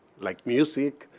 like music,